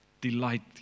Delight